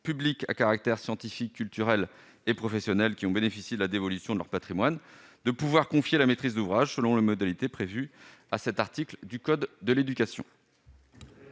publics à caractère scientifique, culturel et professionnel qui ont bénéficié de la dévolution de leur patrimoine de confier la maîtrise d'ouvrage selon les modalités prévues par le code de l'éducation.